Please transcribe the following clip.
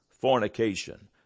fornication